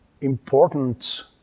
important